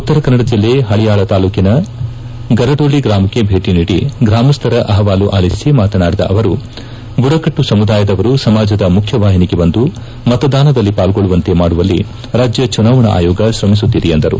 ಉತ್ತರ ಕನ್ನಡ ಜಿಲ್ಲೆ ಪಳಿಯಾಳ ತಾಲೂಕಿನ ಗರಡೊಳ್ಳಿ ಗ್ರಾಮಕ್ಕೆ ಭೇಟಿ ನೀಡಿ ಗ್ರಾಮಸ್ನರ ಅಪವಾಲು ಆಲಿಸಿ ಮಾತನಾಡಿದ ಅವರು ಬುಡಕಟ್ಟು ಸಮುದಾಯದವರು ಸಮಾಜದ ಮುಖ್ಯವಾಹಿನಿಗೆ ಬಂದು ಮತದಾನದಲ್ಲಿ ಪಾಲ್ಗೊಳ್ಳುವಂತೆ ಮಾಡುವಲ್ಲಿ ರಾಜ್ಯ ಚುನಾವಣಾ ಆಯೋಗ ಶ್ರಮಿಸುತ್ತಿದೆ ಎಂದರು